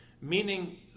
meaning